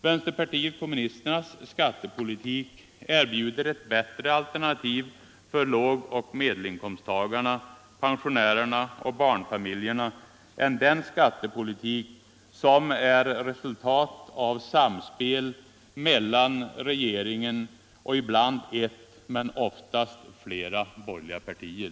Vänsterpartiet kommunisternas skattepolitik erbjuder ett bättre alternativ för lågoch medelinkomsttagarna, pensionärerna och barnfamil jerna än den skattepolitik som är resultatet av samspel mellan regeringen och ibland ett men ofta flera borgerliga partier.